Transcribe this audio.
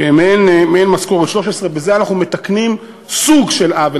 מעין משכורת 13. בזה אנחנו מתקנים סוג של "עוול",